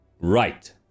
Right